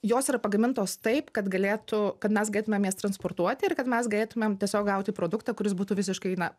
jos yra pagamintos taip kad galėtų kad mes galėtumėm jas transportuoti ir kad mes galėtumėm tiesiog gauti produktą kuris būtų visiškai na